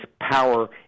power